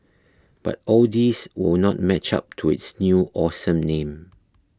but all these will not match up to its new awesome name